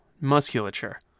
musculature